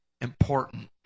important